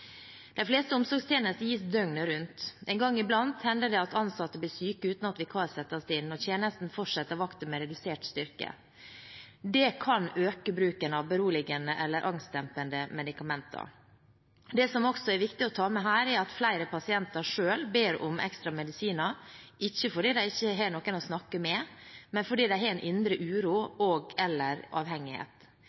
De fleste omsorgstjenester gis døgnet rundt. En gang iblant hender det at ansatte blir syke uten at vikar settes inn, og tjenesten fortsetter vakten med redusert styrke. Det kan øke bruken av beroligende eller angstdempende medikamenter. Det som også er viktig å ta med her, er at flere pasienter selv ber om ekstra medisiner, ikke fordi de ikke har noen å snakke med, men fordi de har en indre